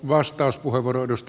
arvoisa puhemies